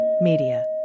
Media